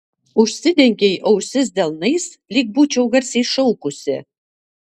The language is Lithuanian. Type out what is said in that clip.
užsidengei ausis delnais lyg būčiau garsiai šaukusi